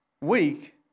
week